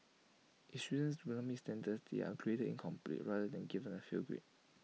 if students do not meet standards they were graded incomplete rather than given A fail grade